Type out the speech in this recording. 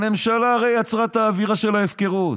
הממשלה הרי יצרה את האווירה של ההפקרות.